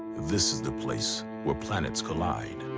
this is the place where planets collide.